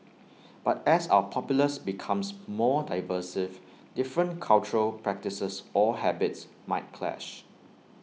but as our populace becomes more different cultural practices or habits might clash